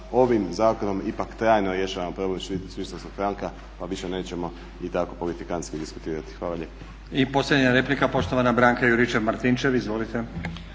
ovim zakonom ipak trajno rješavamo problem švicarskog franka pa više nećemo i tako politikantski diskutirati. Hvala lijepo.